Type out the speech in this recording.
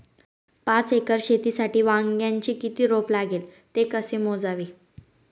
पाच एकर शेतीसाठी वांग्याचे किती रोप लागेल? ते कसे मोजावे?